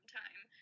time